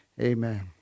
amen